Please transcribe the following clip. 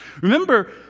Remember